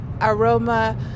aroma